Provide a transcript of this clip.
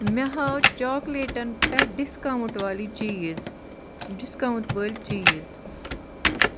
مےٚ ہاو چاکلیٹن پٮ۪ٹھ ڈِسکاوُنٛٹ والی چیٖز ڈِسکاوُنٛٹ وٲلۍ چیٖز